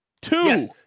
Two